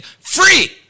free